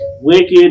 wicked